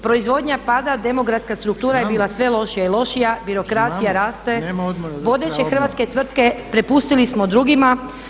Proizvodnja pada, demografska struktura je bila sve lošija i lošija, birokracija raste, vodeće hrvatske tvrtke prepustili smo drugima.